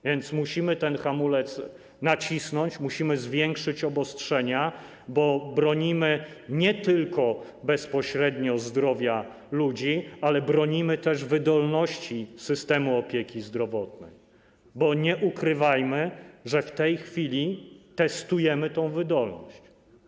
A więc musimy ten hamulec nacisnąć, musimy zwiększyć obostrzenia, bo bronimy nie tylko bezpośrednio zdrowia ludzi, ale bronimy też wydolności systemu opieki zdrowotnej, bo nie ukrywajmy, że w tej chwili testujemy tę wydolność.